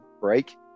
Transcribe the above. break